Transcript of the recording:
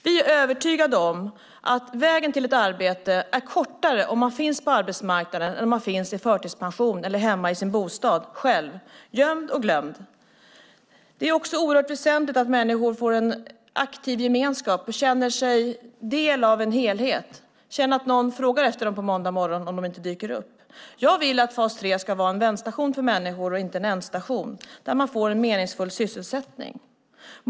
Vi är övertygade om att vägen till ett arbete är kortare om man finns på arbetsmarknaden än om man finns i förtidspension eller hemma själv i sin bostad, gömd och glömd. Det är också oerhört väsentligt att människor får en aktiv gemenskap och känner sig som en del av en helhet och att de känner att någon frågar efter dem på måndag morgon om de inte dyker upp. Jag vill att fas 3 ska vara en vändstation för människor och inte en ändstation, där de får en meningsfull sysselsättning.